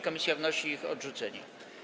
Komisja wnosi o ich odrzucenie.